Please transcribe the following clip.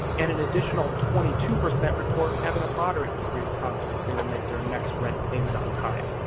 and an additional twenty two percent report having a moderate degree of confidence they will make their next rent payment on time.